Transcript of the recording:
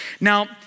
Now